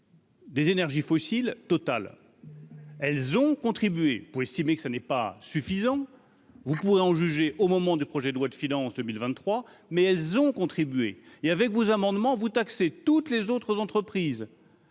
Des énergies fossiles total, elles ont contribué pour estimer que ce n'est pas suffisant, vous pourrez en juger au moment du projet de loi de finances 2023, mais elles ont contribué et avec vos amendements vous taxer toutes les autres entreprises.